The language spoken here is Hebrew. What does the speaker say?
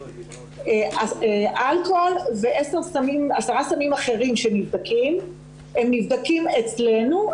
אלכוהול ועשרה סמים אחרים שנבדקים נבדקים אצלנו,